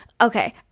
Okay